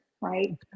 right